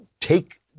Take